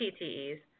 PTEs